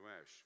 ash